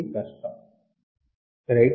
ఇది కష్టము